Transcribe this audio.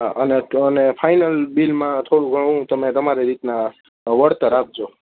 હા અને તો અને ફાઇનલ બિલમાં બિલમાં થોડું ઘણું તમે તમારી રીતના વળતર આપજો